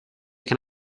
can